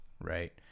right